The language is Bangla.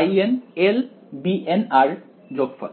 এইভাবে nLbn যোগফল